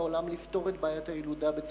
לעולם לפתור את בעיית הילודה בצפון-אפריקה.